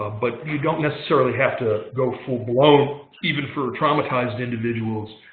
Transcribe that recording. ah but you don't necessarily have to go full blown, even for traumatized individuals.